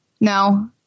no